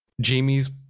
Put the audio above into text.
Jamie's